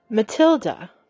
Matilda